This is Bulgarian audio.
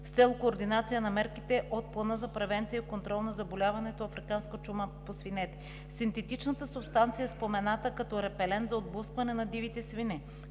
с цел координация на мерките от Плана за превенция и контрол на заболяването африканска чума по свинете. Синтетичната субстанция е спомената като репелент за отблъскване на дивите свине.